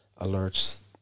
alerts